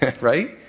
Right